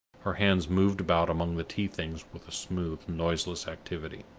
her hands moved about among the tea-things with a smooth, noiseless activity.